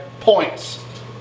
points